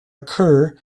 occur